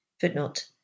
Footnote